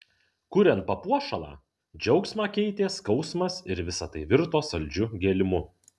kuriant papuošalą džiaugsmą keitė skausmas ir visa tai virto saldžiu gėlimu